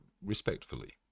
respectfully